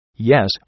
Yes